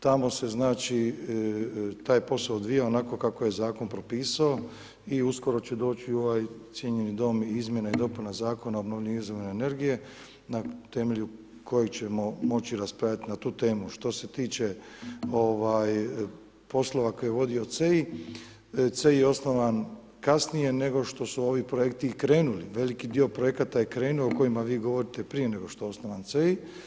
Tamo se taj posao odvijao onako kako je zakon propisao i uskoro će doći u ovaj cijenjeni dom izmjena i dopuna Zakona o obnovljivim izvorima energije na temelju kojeg ćemo moći raspravljati na tu temu Što se tiče poslova koje je vidio CEI, CEI je osnivan kasnije nego što su ovi projekti i krenuli, veliki dio projekata je krenuo o kojima vi govorite prije nego što je osnovan CEI.